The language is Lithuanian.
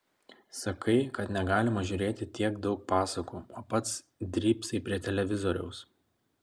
sakai kad negalima žiūrėti tiek daug pasakų o pats drybsai prie televizoriaus